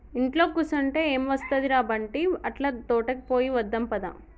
ఇంట్లో కుసంటే ఎం ఒస్తది ర బంటీ, అట్లా తోటకి పోయి వద్దాం పద